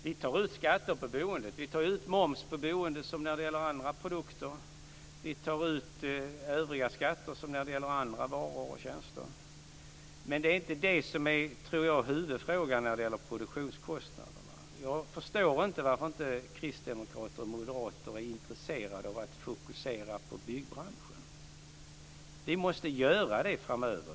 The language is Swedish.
Vi tar ut skatter på boendet och vi tar ut moms på boendet som när det gäller andra produkter. Vi tar också ut övriga skatter som när det gäller andra varor och tjänster. Men det är nog inte det som är huvudfrågan när det gäller produktionskostnaderna. Jag förstår inte varför kristdemokrater och moderater inte är intresserade av att fokusera på byggbranschen. Det måste göras framöver.